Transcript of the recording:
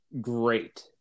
great